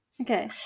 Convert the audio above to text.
Okay